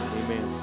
amen